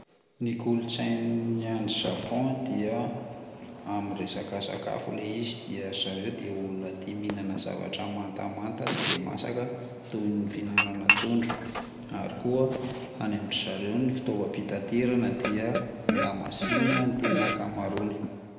Ny kolotsainy any Japon dia amin'ny miresaka sakafo le izy, dia zareo dia olona tia mihinana zavatra mantamanta tsy de masaka toin'ny fihinanana trondro, ary koa any amin-ndry zareo ny fitaovam-pitanterana dia lamasina ny tena akamaroany.